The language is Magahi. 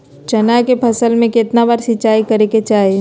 चना के फसल में कितना बार सिंचाई करें के चाहि?